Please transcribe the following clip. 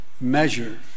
measure